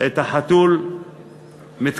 את החתול מתקרב.